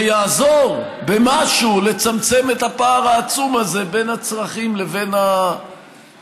שיעזור במשהו לצמצם את הפער העצום הזה בין הצרכים לבין המשאבים.